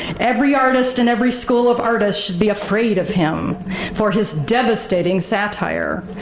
every artist and every school of artists should be afraid of him for his devastating satire,